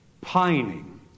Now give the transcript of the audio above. pining